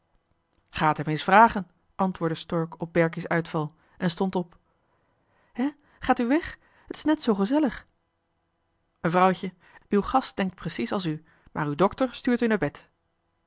t hem eens vragen antwoordde stork op berkie's uitval en stond op hè gaat u weg het is net zoo gezellig mevrouwtje uw gast denkt precies als u maar uw dokter stuurt u naar bed